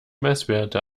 messwerte